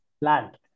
land